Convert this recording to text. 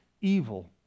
evil